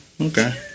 Okay